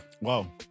Wow